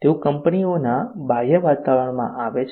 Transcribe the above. તેઓ કંપનીઓના બાહ્ય વાતાવરણમાં આવે છે